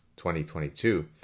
2022